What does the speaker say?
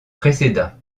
précéda